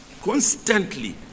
constantly